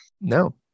No